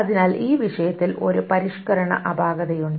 അതിനാൽ ഈ വിഷയത്തിൽ ഒരു പരിഷ്കരണ അപാകതയുണ്ട്